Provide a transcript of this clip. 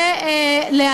המינהליות,